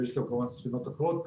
ויש כמובן ספינות אחרות.